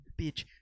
bitch